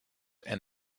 and